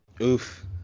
Oof